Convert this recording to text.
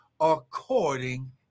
according